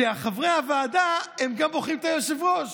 שחברי הוועדה גם בוחרים את היושב-ראש.